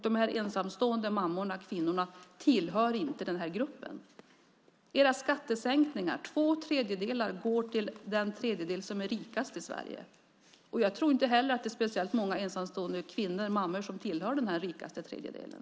De ensamstående mammorna tillhör inte den här gruppen. Av era skattesänkningar går två tredjedelar till den tredjedel som är rikast i Sverige. Jag tror inte att det är speciellt många ensamstående mammor som tillhör den rikaste tredjedelen.